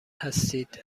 هستید